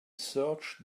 search